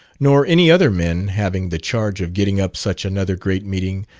nor any other men having the charge of getting up such another great meeting,